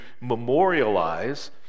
memorialize